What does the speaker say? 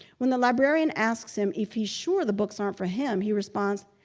when the librarian asks him if he's sure the books aren't for him, he responds,